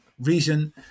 reason